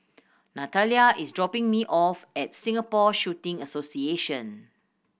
Nathalia is dropping me off at Singapore Shooting Association